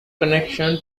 connection